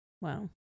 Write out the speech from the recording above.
Wow